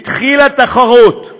התחילה תחרות,